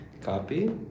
copy